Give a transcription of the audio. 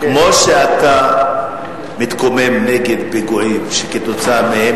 כמו שאתה מתקומם נגד פיגועים שכתוצאה מהם